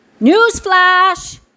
Newsflash